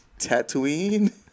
Tatooine